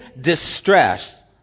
distress